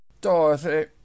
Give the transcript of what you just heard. Dorothy